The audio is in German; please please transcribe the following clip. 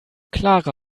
clara